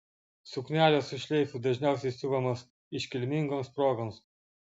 suknelės su šleifu dažniausiai siuvamos iškilmingoms progoms